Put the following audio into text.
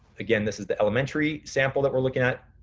again this is the elementary sample that we're looking at.